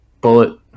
Bullet